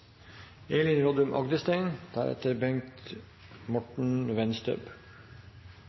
Elin Rodum Agdestein